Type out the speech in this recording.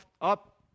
up